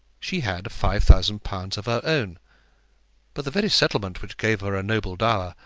she had five thousand pounds of her own but the very settlement which gave her a noble dower,